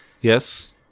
Yes